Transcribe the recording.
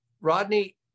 Rodney